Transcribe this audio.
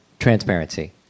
Transparency